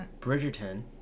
bridgerton